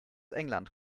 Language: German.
england